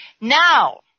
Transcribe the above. Now